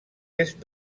est